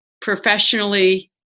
Professionally